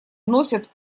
носят